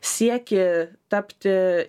siekį tapti